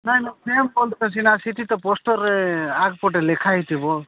ନାହିଁ ସିନା ଆସିଛି ତ ପୋଷ୍ଟର୍ରେ ଆଗ୍ ପଟେ ଲେଖା ହେଇଥିବ